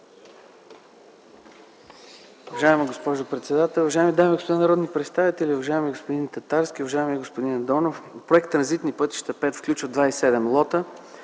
Уважаема госпожо председател, уважаеми дами и господа народни представители, уважаеми господин Татарски, уважаеми господин Андонов! Проект „Транзитни пътища V” включва 27 лота.